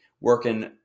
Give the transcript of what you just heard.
working